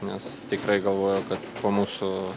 nes tikrai galvojau kad po mūsų